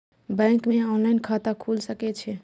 Bank में online खाता खुल सके छे?